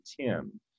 Tim